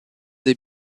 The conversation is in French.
des